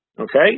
Okay